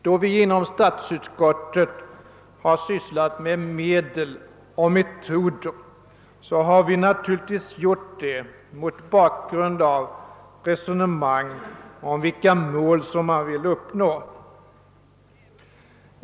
Då vi inom statsutskottet har sysslat med medel och metoder, har vi naturligtvis gjort det mot bakgrunden av resonemang om vilka mäl man vill uppnå.